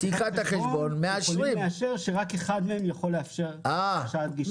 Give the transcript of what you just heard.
פתיחת החשבון מאשרים שרק אחד מהם יכול לאפשר גישה.